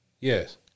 Yes